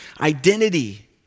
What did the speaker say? identity